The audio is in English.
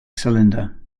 cylinder